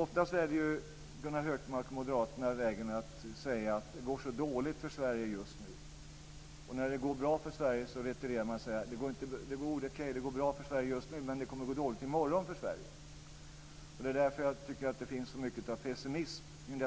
Ofta säger Gunnar Hökmark och Moderaterna att det går så dåligt för Sverige just nu. När det går bra för Sverige retirerar man och säger att det går bra för Sverige just nu, men det kommer att gå dåligt i morgon. Det är därför jag tycker att det finns så mycket pessimism kring